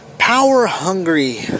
Power-hungry